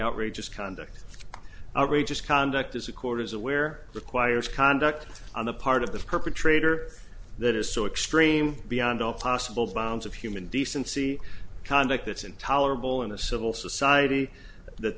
outrageous conduct outrageous conduct as the court is aware requires conduct on the part of the perpetrator that is so extreme beyond all possible bounds of human decency conduct that's intolerable in a civil society that